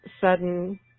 sudden